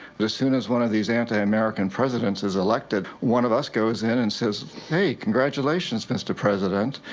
but as soon as one of these anti-american presidents is elected, one of us goes in and says, hey, congratulations mr. president.